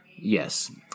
Yes